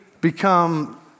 become